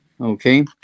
okay